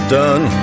done